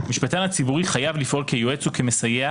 "המשפטן הציבורי חייב לפעול כיועץ וכמסייע